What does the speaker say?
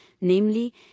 namely